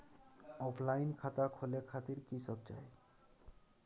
Offline खाता खोले खातिर की सब चाही?